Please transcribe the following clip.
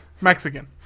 Mexican